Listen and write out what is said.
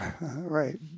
Right